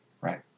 Right